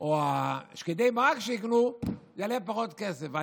או שקדי המרק שיקנו יעלו פחות כסף.